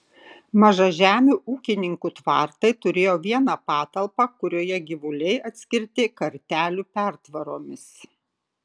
mažažemių ūkininkų tvartai turėjo vieną patalpą kurioje gyvuliai atskirti kartelių pertvaromis